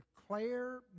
Declare